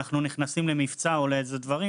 אנחנו נכנסים למבצע או למשהו כזה,